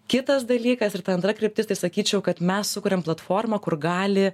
kitas dalykas ir ta antra kryptis tai sakyčiau kad mes sukuriam platformą kur gali